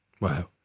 Wow